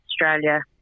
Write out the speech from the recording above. Australia